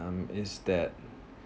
um is that